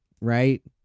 right